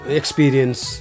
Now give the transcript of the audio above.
experience